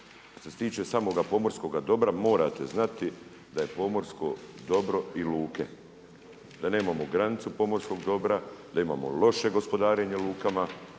Što se tiče samoga pomorskoga dobra morate znati da je pomorsko dobro i luke, da nemamo granicu pomorskog dobra, da imamo loše gospodarenje lukama,